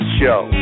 show